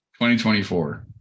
2024